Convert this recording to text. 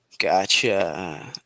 Gotcha